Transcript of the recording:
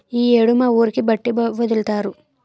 ఈ యేడు మా ఊరికి బట్టి ఒదులుతారు